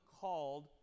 called